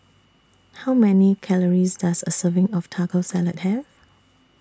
How Many Calories Does A Serving of Taco Salad Have